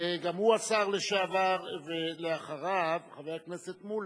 גם הוא השר לשעבר, ואחריו, חבר הכנסת מולה.